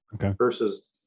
versus